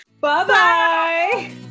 Bye-bye